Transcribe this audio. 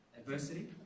Adversity